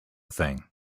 thing